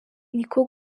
niko